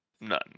None